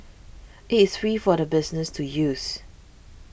it is free for businesses to use